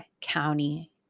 County